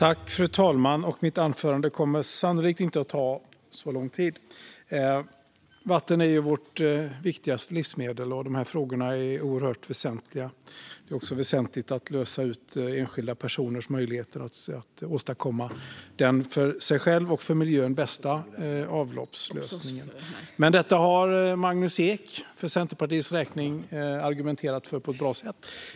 Fru talman! Mitt anförande kommer sannolikt inte att ta så lång tid. Vatten är ju vårt viktigaste livsmedel, och de här frågorna är oerhört väsentliga. Det är också väsentligt att ge enskilda personer möjlighet att åstadkomma den för dem själva och miljön bästa avloppslösningen. Men detta har Magnus Ek redan argumenterat för på ett bra sätt för Centerpartiets räkning.